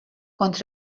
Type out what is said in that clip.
kont